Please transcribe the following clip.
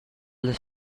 las